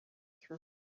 through